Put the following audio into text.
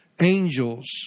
angels